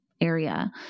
area